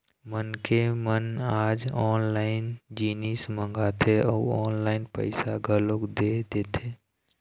मनखे मन आज ऑनलाइन जिनिस मंगाथे अउ ऑनलाइन पइसा घलोक दे देथे